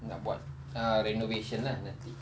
nak buat uh renovation lah nanti